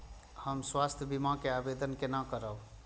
हम स्वास्थ्य बीमा के आवेदन केना करब?